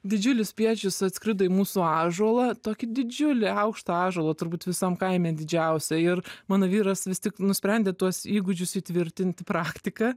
didžiulis spiečius atskrido į mūsų ąžuolą tokį didžiulį aukštą ąžuolą turbūt visam kaime didžiausią ir mano vyras vis tik nusprendė tuos įgūdžius įtvirtinti praktika